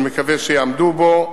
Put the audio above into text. ואני מקווה שיעמדו בו,